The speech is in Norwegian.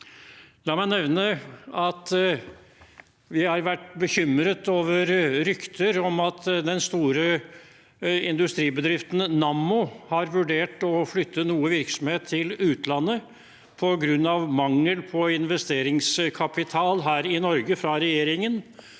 La meg nevne at vi har vært bekymret over rykter om at den store industribedriften Nammo har vurdert å flytte noe virksomhet til utlandet på grunn av mangel på investeringskapital fra regjeringen